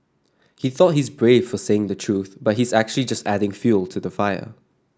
he thought he's brave for saying the truth but he's actually just adding fuel to the fire